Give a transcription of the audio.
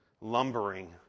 Lumbering